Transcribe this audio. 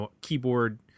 keyboard